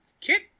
kit